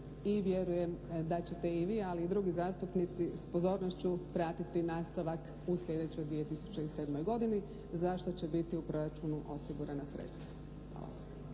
i vjerujem da ćete i vi, ali i drugi zastupnici s pozornošću pratiti nastavak u sljedećoj 2007. godini za što će biti u proračunu osigurana sredstva.